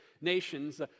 nations